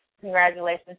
Congratulations